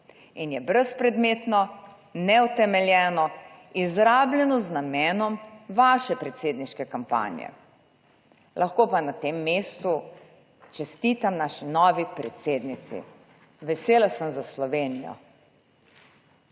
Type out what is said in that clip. in je brezpredmetno, neutemeljeno, izrabljeno z namenom vaše predsedniške kampanje. Lahko pa na tem mestu čestitam naši novi predsednici. Vesela sem za Slovenijo.